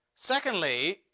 Secondly